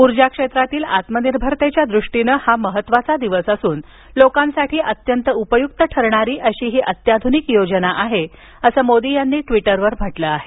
ऊर्जा क्षेत्रातील आत्मनिर्भरतेच्या दृष्टीनं हा महत्त्वाचा दिवस असून लोकांसाठी अत्यंत उपयुक्त ठरणारी अशी ही अत्याधुनिक योजना आहे असं मोदी यांनी ट्वीटरवर म्हटलं आहे